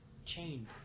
chain